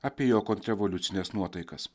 apie jo kontrrevoliucines nuotaikas